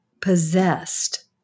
possessed